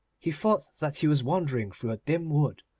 he thought that he was wandering through a dim wood,